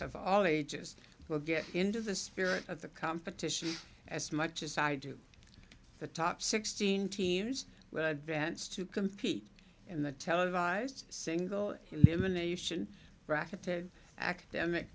of all ages will get into the spirit of the competition as much aside to the top sixteen teams vents to compete in the televised single elimination bracketed academic